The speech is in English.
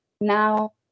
now